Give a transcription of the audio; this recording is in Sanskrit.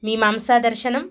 मीमांसादर्शनं